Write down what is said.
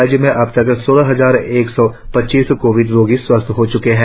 राज्य में अबतक सोलह हजार एक सौ पचासी कोविड रोगी स्वस्थ हो च्के है